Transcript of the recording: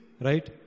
right